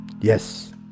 Yes